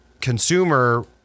consumer